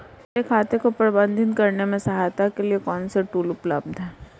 मेरे खाते को प्रबंधित करने में सहायता के लिए कौन से टूल उपलब्ध हैं?